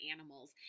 animals